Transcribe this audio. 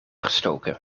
gestoken